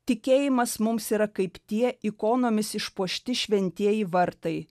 tikėjimas mums yra kaip tie ikonomis išpuošti šventieji vartai